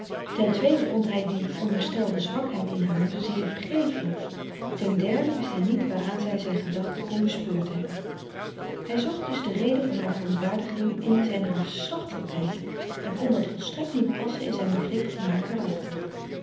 ten tweede vond hij die onderstelde zwakheid in haar zeer vergefelijk ten derde wist hij niet waaraan zij zijn gedachte kon bespeurd hebben hij zocht dus de reden van haar verontwaardiging in zijn hartstochtelijkheid en kon dat volstrekt niet passen in zijn begrip van haar karakter